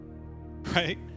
Right